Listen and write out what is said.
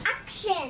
Action